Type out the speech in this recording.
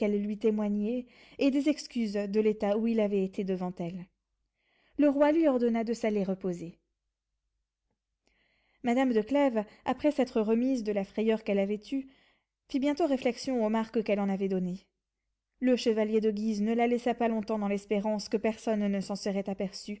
lui témoignaient et des excuses de l'état où il avait été devant elles le roi lui ordonna de s'aller reposer madame de clèves après s'être remise de la frayeur qu'elle avait eue fit bientôt réflexion aux marques qu'elle en avait données le chevalier de guise ne la laissa pas longtemps dans l'espérance que personne ne s'en serait aperçu